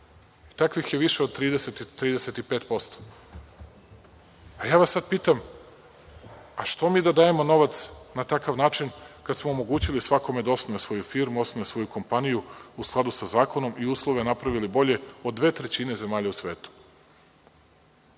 Takvih je više od 30, 35%.Sad vas ja pitam, što mi da dajemo novac na takav način kad smo omogućili svakome da osnuje svoju firmu, osnuje svoju kompaniju u skladu sa zakonom i uslove napravili bolje od 2/3 zemalja u svetu?